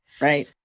Right